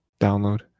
Download